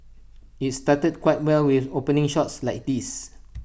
IT started quite well with opening shots like these